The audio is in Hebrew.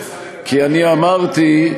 כי אני אמרתי,